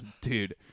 dude